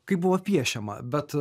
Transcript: kaip buvo piešiama bet